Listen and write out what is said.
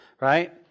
right